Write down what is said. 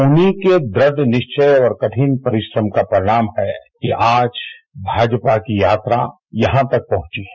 उन्हीं के द्रढ़ निश्चय और कठिन परिश्रम का परिणाम है कि आज भाजपा की यात्रा यहां तक पहुंची है